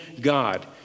God